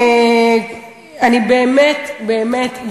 אני באמת באמת,